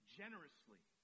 generously